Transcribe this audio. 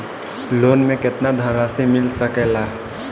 Loan मे केतना धनराशी मिल सकेला?